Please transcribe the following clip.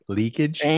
leakage